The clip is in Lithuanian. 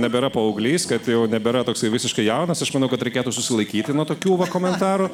nebėra paauglys kad jau nebėra toksai visiškai jaunas aš manau kad reikėtų susilaikyti nuo tokių va komentarų